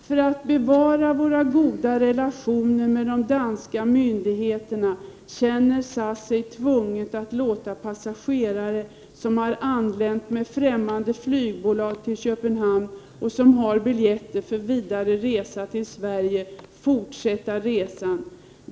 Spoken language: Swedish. för att bevara våra goda relationer med de danska myndigheterna känner SAS sig tvunget att låta passagerare som har anlänt med främmande flygbolag till Köpenhamn och som har biljetter för vidare resa till Sverige fortsätta resan.